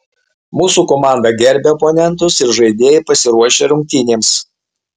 mūsų komanda gerbia oponentus ir žaidėjai pasiruošę rungtynėms